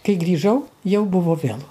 kai grįžau jau buvo vėlu